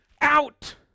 out